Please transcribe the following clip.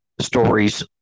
stories